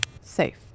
Safe